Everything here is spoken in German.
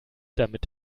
damit